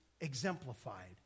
exemplified